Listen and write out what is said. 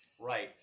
right